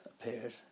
appeared